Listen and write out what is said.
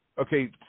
Okay